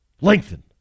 lengthen